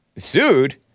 Sued